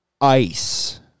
ice